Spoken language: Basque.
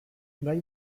gai